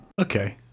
Okay